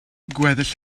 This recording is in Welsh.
gweddill